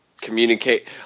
communicate